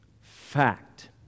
fact